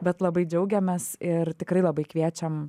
bet labai džiaugiamės ir tikrai labai kviečiam